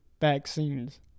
vaccines